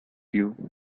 you